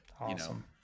Awesome